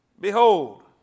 Behold